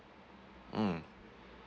mm